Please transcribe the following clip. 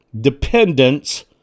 dependence